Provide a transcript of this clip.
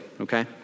okay